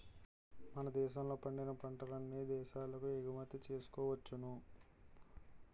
మన దేశంలో పండిన పంటల్ని అన్ని దేశాలకు ఎగుమతి చేసుకోవచ్చును